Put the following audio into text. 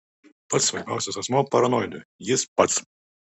pats svarbiausias asmuo paranoidui jis pats